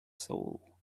soul